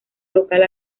local